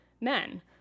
men